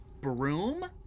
broom